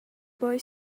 boy